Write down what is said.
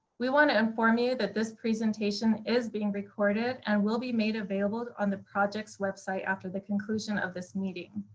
we want to inform you that this presentation is being recorded and will be made available on the project's website after the conclusion of this meeting.